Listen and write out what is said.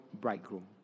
bridegroom